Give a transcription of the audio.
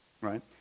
Right